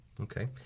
Okay